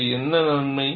இங்கே என்ன நன்மை